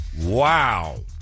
Wow